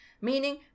meaning